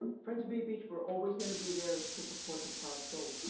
friends of bay beach were always gonna be there to support the park, so,